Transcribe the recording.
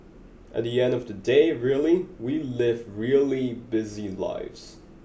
at the end of the day really we live really busy lives